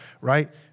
right